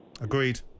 Agreed